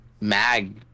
mag